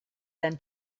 than